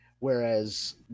Whereas